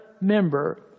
member